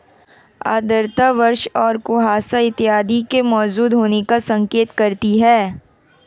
आर्द्रता वर्षा और कुहासा इत्यादि के मौजूद होने का संकेत करती है